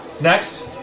next